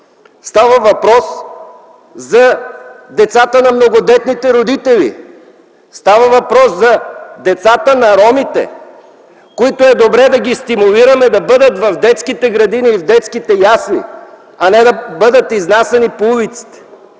Става въпрос за децата на многодетните родители, за децата на ромите, които е добре да ги стимулираме да бъдат в детските ясли и градини, а не да бъдат изнасяни по улиците.